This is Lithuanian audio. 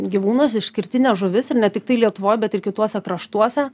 gyvūnas išskirtinė žuvis ir ne tiktai lietuvoj bet ir kituose kraštuose